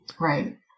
Right